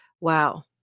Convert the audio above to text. Wow